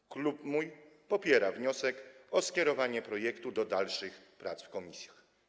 Mój klub popiera wniosek o skierowanie projektu do dalszych prac w komisji.